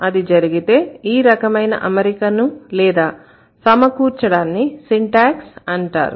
అది జరిగితే ఈ రకమైన అమరికను లేదా సమకూర్చడాన్ని సింటాక్స్ అంటారు